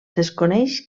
desconeix